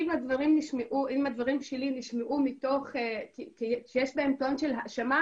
אם הדברים שלי נשמעו שיש בהם טון של האשמה,